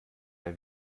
der